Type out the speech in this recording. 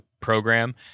program